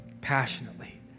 passionately